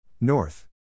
North